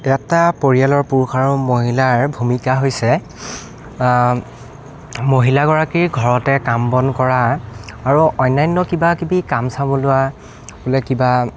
এটা পৰিয়ালৰ পুৰুষ আৰু মহিলাৰ ভূমিকা হৈছে মহিলাগৰাকীৰ ঘৰতে কাম বন কৰা আৰু অনান্য কিবা কিবি কাম চাম ওলোৱা বোলে কিবা